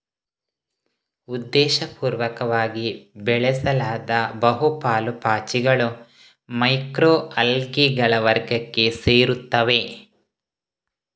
ಉದ್ದೇಶಪೂರ್ವಕವಾಗಿ ಬೆಳೆಸಲಾದ ಬಹು ಪಾಲು ಪಾಚಿಗಳು ಮೈಕ್ರೊ ಅಲ್ಗೇಗಳ ವರ್ಗಕ್ಕೆ ಸೇರುತ್ತವೆ